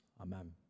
Amen